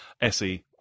SE